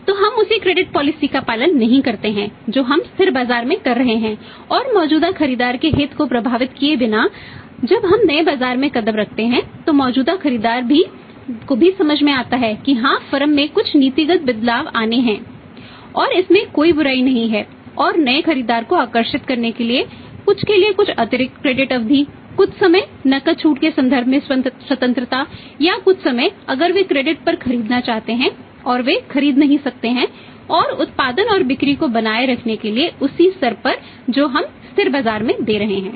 तो हम उसी क्रेडिट पॉलिसी पर खरीदना चाहते हैं और वे खरीद नहीं सकते हैं और उत्पादन और बिक्री को बनाए रखने के लिए उसी स्तर पर जो हम स्थिर बाजार में दे रहे हैं